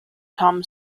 tom